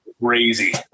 crazy